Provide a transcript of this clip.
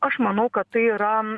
aš manau kad tai yra